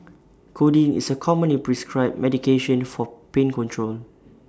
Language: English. codeine is A commonly prescribed medication for pain control